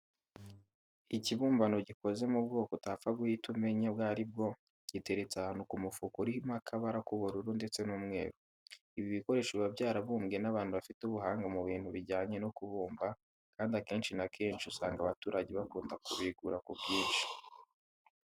Ikibumbano gikoze mu bwoko utapfa guhita umenya ubwo ari bwo, giteretse ahantu ku mufuka urimo akabara k'ubururu ndetse n'umweru. Ibi bikoresho biba byarabumbwe n'abantu bafite ubuhanga mu bintu bijyanye no kubumba, kandi akenshi na kanshi usanga abaturage bakunda kubigura ku bwinshi.